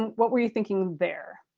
what were you thinking there?